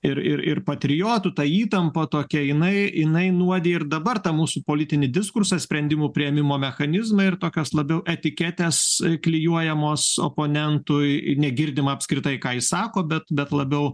ir ir patriotų ta įtampa tokia jinai jinai nuodija ir dabar tą mūsų politinį diskursą sprendimų priėmimo mechanizmai ir tokios labiau etiketės klijuojamos oponentui negirdima apskritai ką jis sako bet bet labiau